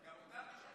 גם אתה,